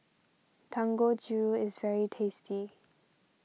Dangojiru is very tasty